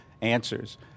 answers